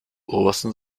obersten